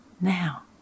now